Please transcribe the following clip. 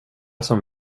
som